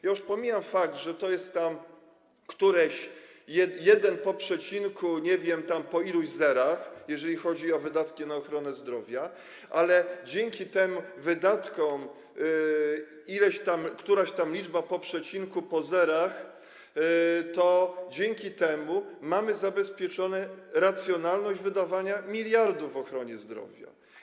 Ja już pomijam fakt, że to jest tam któryś jeden po przecinku, nie wiem, po iluś tam zerach, jeżeli chodzi o wydatki na ochronę zdrowia, ale dzięki tym wydatkom ileś tam, któraś tam liczba po przecinku, po zerach, dzięki temu mamy zabezpieczoną racjonalność wydawania miliardów w ochronie zdrowia.